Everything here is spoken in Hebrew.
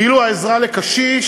כאילו העזרה לקשיש,